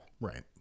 Right